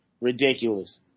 ridiculous